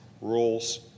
rules